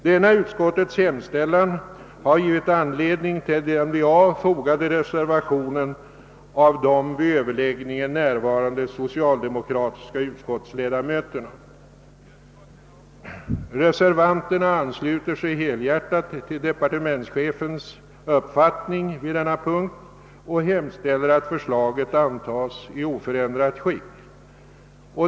Denna utskottets hemställan har givit anledning till reservationen I av de vid överläggningen närvarande socialdemokratiska utskottsledamöterna. Reservanterna ansluter sig helhjärtat till departementschefens uppfattning på denna punkt och hemställer att förslaget antas i oförändrat skick.